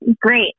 Great